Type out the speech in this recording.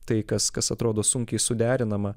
tai kas kas atrodo sunkiai suderinama